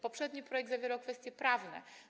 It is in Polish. Poprzedni projekt zawierał kwestie prawne.